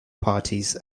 parties